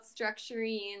structuring